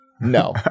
no